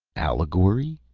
allegory?